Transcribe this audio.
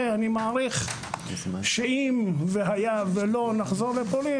אני מעריך שאם והיה ולא נחזור לפולין,